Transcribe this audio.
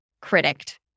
critic